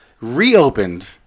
reopened